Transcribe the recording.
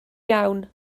iawn